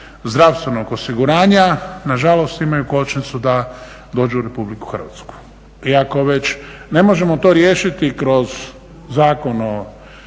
zdravstvenog osiguranja nažalost imaju kočnicu da dođu u RH. I ako već to ne možemo riješiti kroz Zakon o